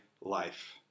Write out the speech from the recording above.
life